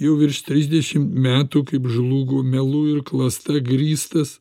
jau virš trisdešim metų kaip žlugo melu ir klasta grįstas